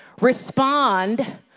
respond